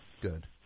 Good